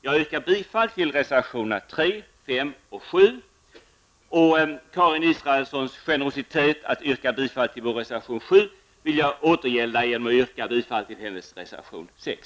Jag yrkar bifall till reservationerna 3, 5 och 7. Karin Israelssons generositet att yrka bifall till reservation 7 vill jag återgälda med att yrka bifall till hennes reservation 6.